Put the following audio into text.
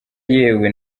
yewe